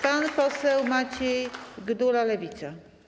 Pan poseł Maciej Gdula, Lewica.